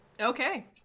Okay